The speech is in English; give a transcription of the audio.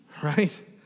Right